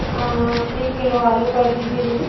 एक किलो आलू कर दीजिए मुझे